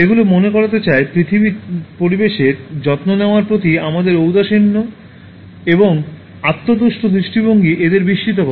এগুলো মনে করাতে চায় পরিবেশের যত্ন নেওয়ার প্রতি আমাদের ঔদাসিন্য এবং আত্মতুষ্ট দৃষ্টিভঙ্গি এঁদের বিস্মিত করে